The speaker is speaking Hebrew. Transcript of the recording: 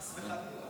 חס וחלילה.